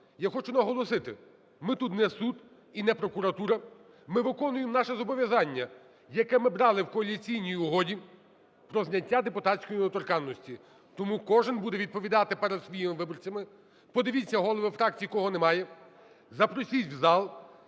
Я хочу наголосити, ми тут не суд і не прокуратура, ми виконуємо наше зобов'язання, яке ми брали в коаліційній угоді про зняття депутатської недоторканності. Тому кожен буде відповідати перед своїми виборцями. Подивіться, голови фракцій, кого немає, запросіть в зал.